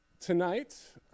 Tonight